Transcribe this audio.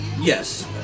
Yes